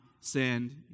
send